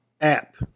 app